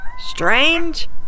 Strange